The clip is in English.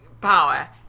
power